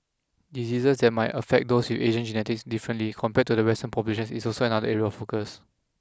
diseases that might affect those with Asian genetics differently compared to western populations is also another area of focus